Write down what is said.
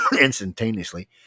Instantaneously